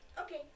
Okay